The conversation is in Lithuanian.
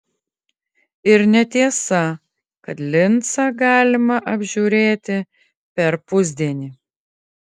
ir netiesa kad lincą galima apžiūrėti per pusdienį